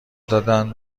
دادن